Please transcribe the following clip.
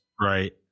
right